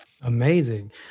Amazing